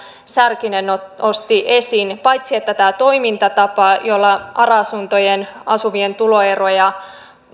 sarkkinen nosti esiin pidän tätä toimintatapaa jolla ara asunnoissa asuvien tulorajoja